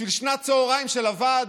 בשביל שנת צוהריים של הוועד?